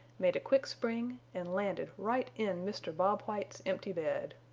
made a quick spring and landed right in mr. bob white's empty bed.